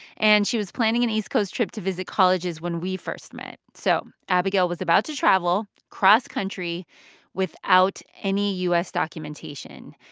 and she was planning an east coast trip to visit colleges when we first met. so abigail was about to travel cross-country without any u s. documentation.